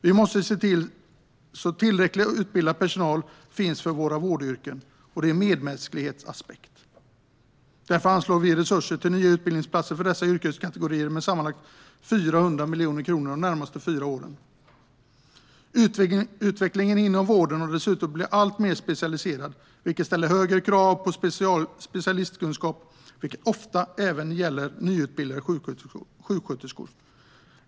Vi måste se till att utbildad personal finns för våra vårdyrken i tillräcklig omfattning. Det är en medmänsklighetsaspekt. Därför anslår vi resurser till nya utbildningsplatser för dessa yrkeskategorier med sammanlagt 400 miljoner kronor de närmaste fyra åren. Utvecklingen inom vården har dessutom blivit alltmer specialiserad, vilket ställer högre krav på specialistkunskaper. Det gäller ofta även nyutbildade sjuksköterskor.